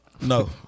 No